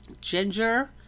ginger